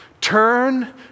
Turn